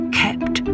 kept